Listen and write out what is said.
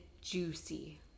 juicy